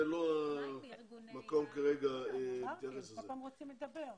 זה לא המקום כרגע להיכנס לזה.